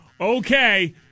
okay